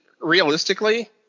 realistically